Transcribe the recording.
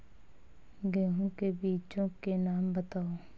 गेहूँ के बीजों के नाम बताओ?